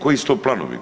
Koji su to planovi?